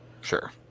Sure